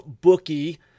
bookie